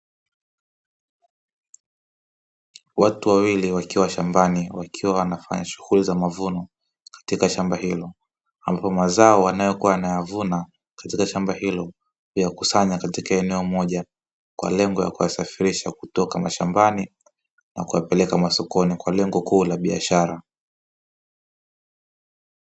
Watu wawili wakiwa shambani wakiwa wanafanya shughuli za mavuno katika shamba hilo, ambapo mazao wanayokuwa wanayavuna katika shamba hilo yakusanywa katika eneo moja kwa lengo la kuyasafirisha kutoka mashambani na kuyapeleka masokoni kwa lengo kuu la biashara.